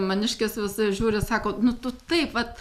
maniškis visai žiūri sako nu tu taip vat